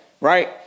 Right